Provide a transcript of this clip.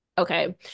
Okay